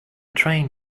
train